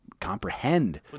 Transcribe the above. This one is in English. comprehend